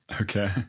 Okay